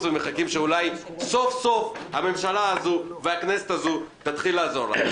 ומחכים שאולי סוף סוף הממשלה הזאת והכנסת הזאת תתחיל לעזור להם.